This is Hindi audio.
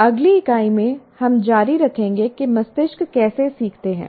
अगली इकाई में हम जारी रखेंगे कि मस्तिष्क कैसे सीखते हैं